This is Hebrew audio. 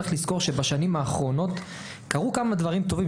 צריך לזכור שבשנים האחרונות קרו גם כמה דברים טובים.